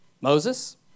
Moses